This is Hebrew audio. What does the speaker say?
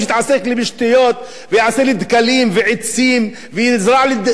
ויעשה לי דקלים ועצים ויזרע לי דשאים.